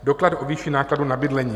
Doklad o výši nákladů na bydlení.